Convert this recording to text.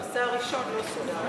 לא, הנושא הראשון לא סודר.